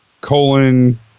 colon